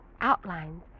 outlines